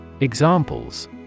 Examples